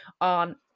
on